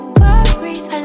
worries